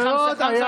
תעשה חמסה-חמסה.